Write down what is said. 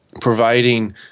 providing